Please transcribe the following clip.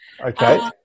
Okay